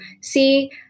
see